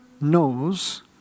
knows